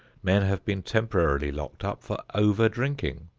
men have been temporarily locked up for over-drinking.